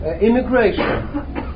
immigration